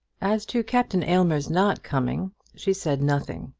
as to captain aylmer's not coming she said nothing,